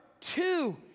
Two